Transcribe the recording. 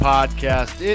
Podcast